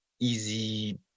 easy